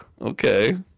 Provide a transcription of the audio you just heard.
Okay